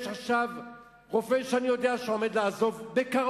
יש רופא שאני יודע שעומד לעזוב בקרוב,